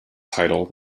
title